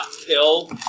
kill